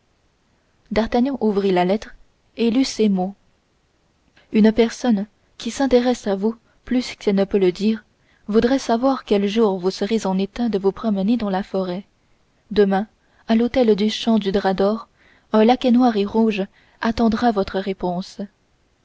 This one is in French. d'artagnan ouvrit la lettre et lut ces mots une personne qui s'intéresse à vous plus qu'elle ne peut le dire voudrait savoir quel jour vous serez en état de vous promener dans la forêt demain à l'hôtel du champ du drap d'or un laquais noir et rouge attendra votre réponse